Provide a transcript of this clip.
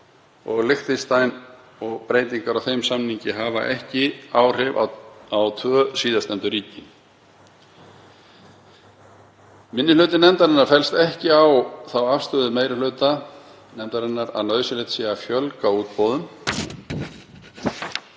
og Liechtenstein og breytingar á þeim samningi hafa ekki áhrif á tvö síðastnefndu ríkin. Minni hluti nefndarinnar fellst ekki á þá afstöðu meiri hlutans að nauðsynlegt sé að fjölga útboðum